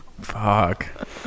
Fuck